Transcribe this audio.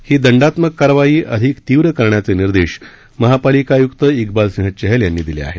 ही दंडात्मक कारवाई अधिक तीव्र करण्याचे निर्देश महापालिका आय्क्त इक्बाल सिंह चहल यांनी दिले आहेत